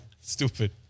Stupid